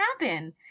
happen